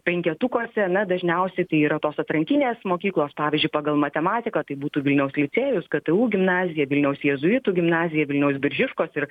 penketukuose na dažniausiai tai yra tos atrankinės mokyklos pavyzdžiui pagal matematiką tai būtų vilniaus licėjus ktu gimnazija vilniaus jėzuitų gimnazija vilniaus biržiškos ir